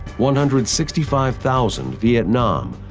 one hundred and sixty five thousand vietnam,